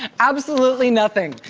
absolutely nothing.